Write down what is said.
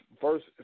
first